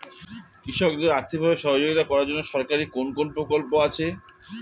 কৃষকদের আর্থিকভাবে সহযোগিতা করার জন্য সরকারি কোন কোন প্রকল্প আছে?